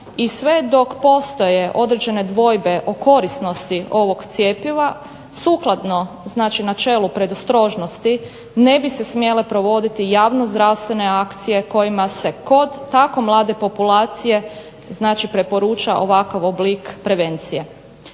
I sve dok postoje određene dvojbe o korisnosti ovog cjepiva sukladno načelu predostrožnosti ne bi se smjele provoditi javno zdravstvene akcije kojima se kod tako mlade populacije preporuča ovakav oblik prevencije.